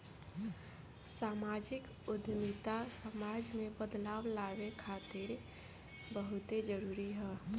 सामाजिक उद्यमिता समाज में बदलाव लावे खातिर बहुते जरूरी ह